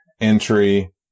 entry